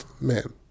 man